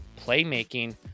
playmaking